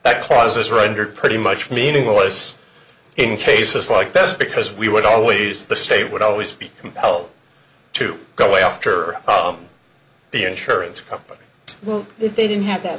that clauses rendered pretty much meaningless in cases like best because we would always the state would always be compelled to go after the insurance company well if they didn't have that